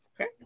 Okay